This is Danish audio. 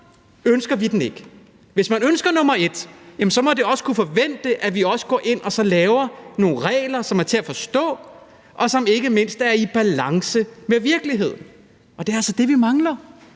ønsker den ikke. Hvis man ønsker nr. 1, må det også kunne forventes, at man også går ind og laver nogle regler, som er til at forstå, og som ikke mindst er i balance med virkeligheden, og det er altså det, vi mangler.